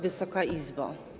Wysoka Izbo!